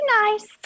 nice